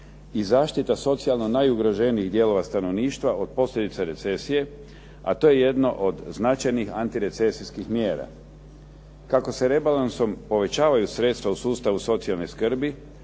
i zaštita socijalno najugroženijih dijelova stanovništva od posljedica recesije, a to je jedna od značajnih antirecesijskih mjera. Kako se rebalansom povećavaju sredstva u sustavu socijalne skrbi,